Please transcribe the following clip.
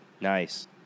Nice